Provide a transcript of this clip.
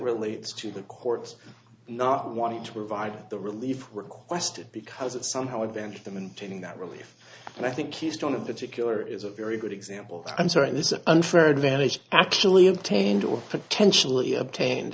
relates to the court's not wanting to revive the relief work question because it somehow advantage them and taking that relief and i think he's done a particular is a very good example i'm sorry this is an unfair advantage actually obtained or potentially obtained